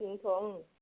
बेनोथ' उम